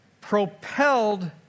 Propelled